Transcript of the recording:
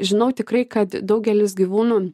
žinau tikrai kad daugelis gyvūnų